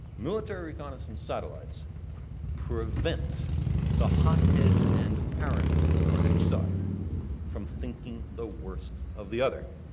military reconnaissance satellites prevent the hotheads and paranoids on each side from thinking the worst of the other.